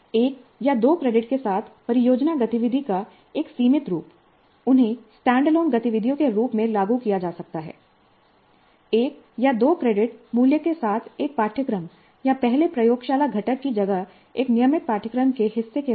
एक या दो क्रेडिट के साथ परियोजना गतिविधि का एक सीमित रूप उन्हें स्टैंडअलोन गतिविधियों के रूप में लागू किया जा सकता है एक या दो क्रेडिट मूल्य के साथ एक पाठ्यक्रम या पहले प्रयोगशाला घटक की जगह एक नियमित पाठ्यक्रम के हिस्से के रूप में